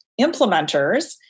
implementers